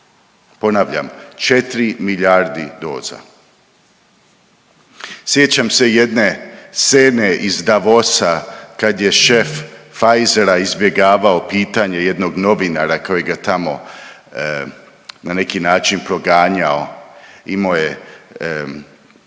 ponavljam 4 milijardi doza. Sjećam se jedne scene iz Davosa kad je šef Pfizera izbjegavao pitanje jednog novinara koji ga tamo na neki način proganjao. Imao je,